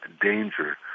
danger